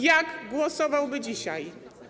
Jak głosowałby dzisiaj?